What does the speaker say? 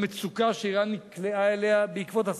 למצוקה שאירן נקלעה אליה בעקבות הסנקציות.